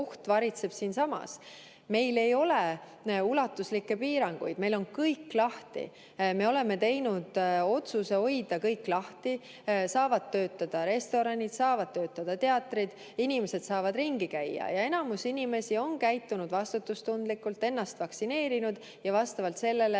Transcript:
Oht varitseb siinsamas. Meil ei ole ulatuslikke piiranguid, meil on kõik lahti, me oleme teinud otsuse hoida kõik lahti: saavad töötada restoranid, saavad töötada teatrid, inimesed saavad ringi käia. Enamus inimesi on käitunud vastutustundlikult, ennast vaktsineerinud ja vastavalt sellele